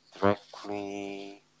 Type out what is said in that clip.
directly